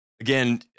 Again